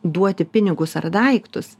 duoti pinigus ar daiktus